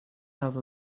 have